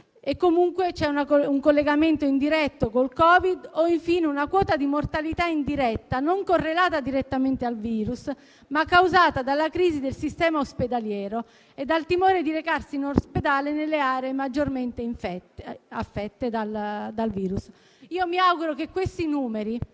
che vi sia un collegamento indiretto con il Covid o, infine, che una quota di mortalità indiretta non sia correlata direttamente al virus ma sia stata causata dalla crisi del sistema ospedaliero e dal timore di recarsi in ospedale nelle aree maggiormente affette dal virus. Mi auguro che questi numeri